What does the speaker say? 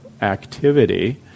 activity